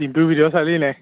ডিম্পুৰ video চালি নাই